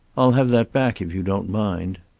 i'll have that back, if you don't mind.